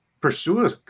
pursue